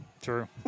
True